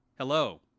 Hello